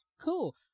Cool